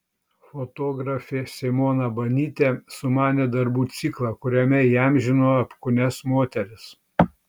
fotografė simona banytė sumanė darbų ciklą kuriame įamžino apkūnias moteris